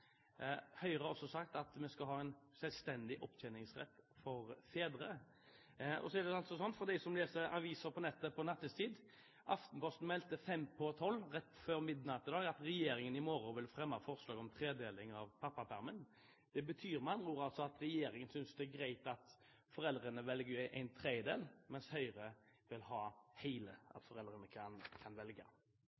Høyre har også sagt at vi skal ha en selvstendig opptjeningsrett for fedre. Og så er det altså sånn – for dem som leser avisen på nettet nattetid: Aftenposten meldte kl. 23.45, rett før midnatt i dag, at regjeringen i morgen vil fremme forslag om tredeling av pappapermen. Det betyr med andre ord at regjeringen synes det er greit at foreldrene velger en tredjedel, mens Høyre vil at